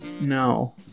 No